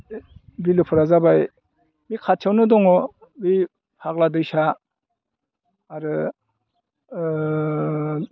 बिलोफोरा जाबाय बे खाथियावनो दङ बे फाग्ला दैसा आरो